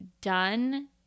done